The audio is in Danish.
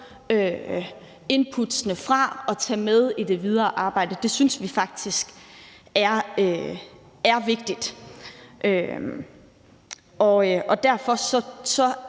inputtene fra og tage dem med i det videre arbejde. Det synes vi faktisk er vigtigt, og derfor